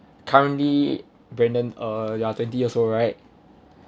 currently brandon uh you are twenty years old right